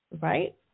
Right